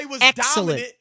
excellent